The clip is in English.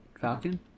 Falcon